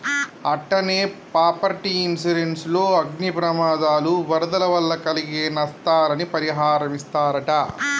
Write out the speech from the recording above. అట్టనే property insurance లో అగ్ని ప్రమాదాలు, వరదల వల్ల కలిగే నస్తాలని పరిహారమిస్తరట